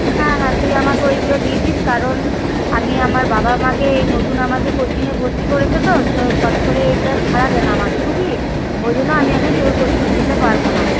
হ্যাঁ হ্যাঁ তুই আমকে ওইগুলো দিয়ে দিস কারণ আমি আমার বাবা মাকে এই নতুন আমাকে কোচিংয়ে ভর্তি করেছে তো ফট করে এটা ছাড়াবে না আমাকে বুঝলি ওই জন্য আমি এখন তোর কোচিংয়ে যেতে পারবো না